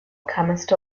comest